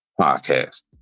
podcast